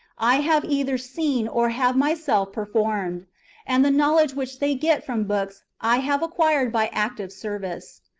i have either seen or have myself performed and the knowledge which they get from books, i have acquired by active service.